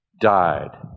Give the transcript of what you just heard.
died